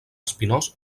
espinós